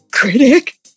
Critic